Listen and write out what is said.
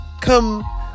come